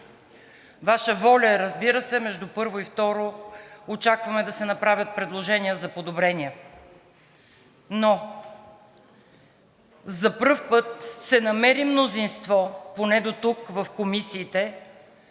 Ваша воля е, разбира се, между първо и второ, очакваме да се направят предложения за подобрения, но за пръв път се намери мнозинство в комисиите